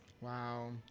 Wow